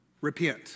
Repent